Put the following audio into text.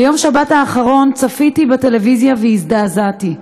ביום שבת האחרון צפיתי בטלוויזיה והזדעזעתי: